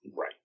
Right